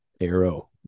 arrow